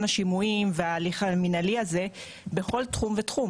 השימועים וההליך המינהלי הזה בכל תחום ותחום.